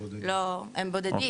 הם בודדים.